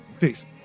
Peace